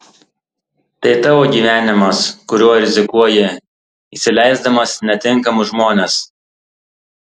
tai tavo gyvenimas kuriuo rizikuoji įsileisdamas netinkamus žmones